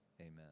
amen